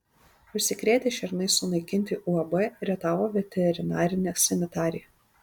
užsikrėtę šernai sunaikinti uab rietavo veterinarinė sanitarija